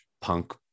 punk